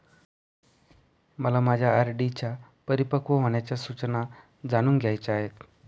मला माझ्या R D परिपक्व होण्याच्या सूचना जाणून घ्यायच्या आहेत